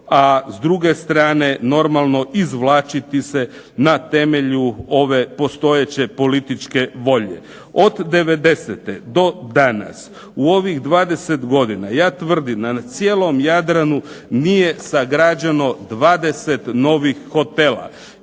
a s druge strane normalno izvlačiti se na temelju ove postojeće političke volje. Od devedesete do danas u ovih 20 godina ja tvrdim da na cijelom Jadranu nije sagrađeno 20 novih hotela.